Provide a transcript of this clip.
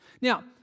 Now